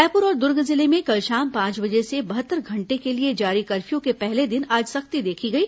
रायपुर और दुर्ग जिले में कल शाम पांच बजे से बहत्तर घंटे के लिए जारी कर्फ्यू के पहले दिन आज सख्ती देखी गई